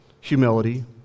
humility